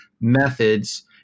methods